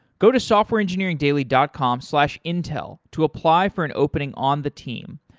go to softwareengineeringdaily dot com slash intel to apply for an opening on the team.